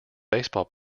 baseball